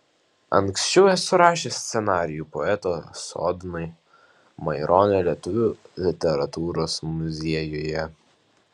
anksčiau esu rašęs scenarijų poeto sodnui maironio lietuvių literatūros muziejuje